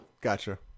Gotcha